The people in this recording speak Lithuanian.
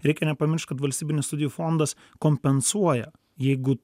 reikia nepamiršt kad valstybinis studijų fondas kompensuoja jeigu